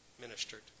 ministered